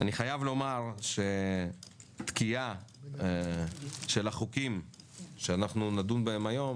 אני חייב לומר שתקיעה של הצעות החוק שנדון בהן היום